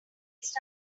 raced